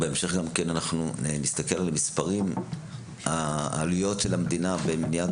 בהמשך נסתכל על המספרים ועל עלויות של המדינה במניעת